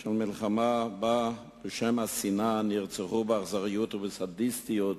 של מלחמה שבה נרצחו בשם השנאה באכזריות ובסדיסטיות